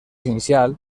inicial